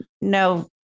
no